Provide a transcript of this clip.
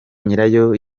nyirayo